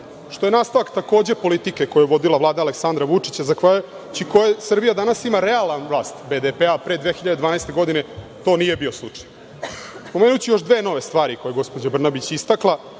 što je nastavak takođe politike koju je vodila Vlada Aleksandra Vučića, zahvaljujući kojoj Srbija danas ima realan rast BDP-a. Pre 2012. godine to nije bio slučaj. Pomenuću još dve nove stvari koje je gospođa Brnabić istakla